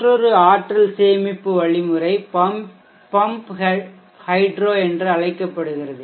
மற்றொரு ஆற்றல் சேமிப்பு வழிமுறை பம்ப் ஹைட்ரோ என்று அழைக்கப்படுகிறது